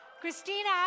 Christina